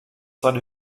seine